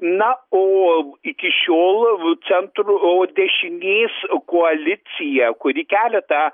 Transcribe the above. na o iki šiol centr o dešinės koalicija kuri keletą